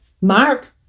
Mark